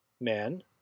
Man